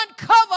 uncover